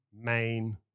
main